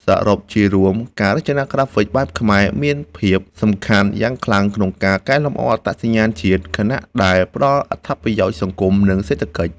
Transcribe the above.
សរុបជារួម ការរចនាក្រាហ្វិកបែបខ្មែរមានភាពសំខាន់យ៉ាងខ្លាំងក្នុងការកែលម្អអត្តសញ្ញាណជាតិ ខណៈដែលផ្តល់អត្ថប្រយោជន៍សង្គម និងសេដ្ឋកិច្ច។